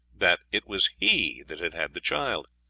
that it was he that had had the child.